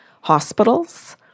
hospitals